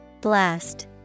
Blast